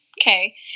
Okay